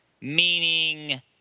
meaning